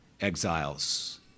exiles